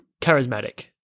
charismatic